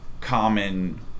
common